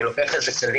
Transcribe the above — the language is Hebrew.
אני לוקח את זה קדימה,